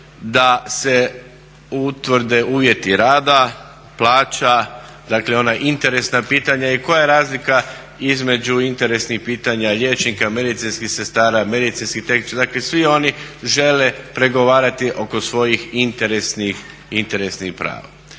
da se utvrde uvjeti rada, plaća, dakle ona interesna pitanja i koja je razlika između interesnih pitanja liječnika, medicinskih sestara, medicinskih tehničara. Dakle, svi oni žele pregovarati oko svojih interesnih prava.